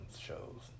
shows